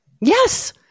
Yes